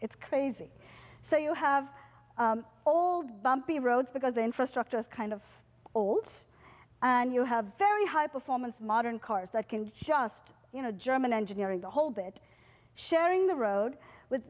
it's crazy so you have all bumpy roads because the infrastructure is kind of old and you have very high performance modern cars that can just you know german engineering the whole bit sharing the road with